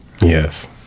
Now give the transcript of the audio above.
Yes